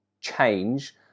change